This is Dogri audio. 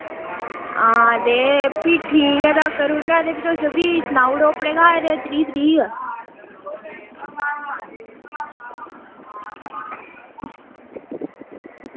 हां ते फ्ही ठीक ऐ तां करूने आं ते फ्ही तुस फ्ही सनाउड़ो अपने घर त्रीह् तरीक